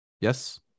Yes